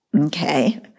okay